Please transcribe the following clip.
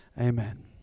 amen